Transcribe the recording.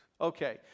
Okay